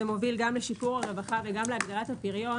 זה מוביל גם לשיפור הרווחה וגם להגדלת הפריון.